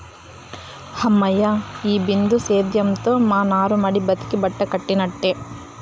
హమ్మయ్య, ఈ బిందు సేద్యంతో మా నారుమడి బతికి బట్టకట్టినట్టే